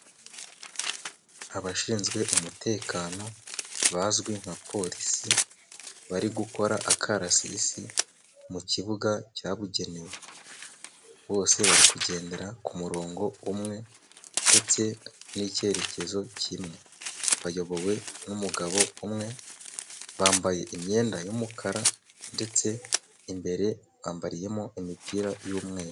Abashinzwe umutekano bazwi nka polisi, bari gukora akarasisi mu kibuga cyabugenewe, bose bari kugendera ku murongo umwe ndetse n'icyerekezo kimwe, bayobowe n'umugabo umwe bambaye imyenda y'umukara, ndetse imbere bambariyemo imipira y'umweru.